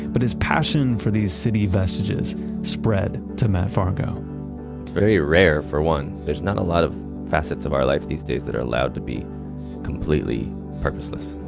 but his passion for these city vestiges spread to matt fargo. it's very rare, for one. there's not a lot of facets of our lives these days that are allowed to be completely purposeless.